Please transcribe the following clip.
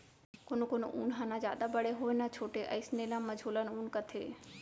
कोनो कोनो ऊन ह न जादा बड़े होवय न छोटे अइसन ल मझोलन ऊन कथें